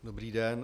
Dobrý den.